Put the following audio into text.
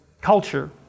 culture